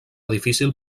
difícil